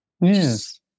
Yes